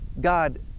God